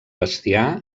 bestiar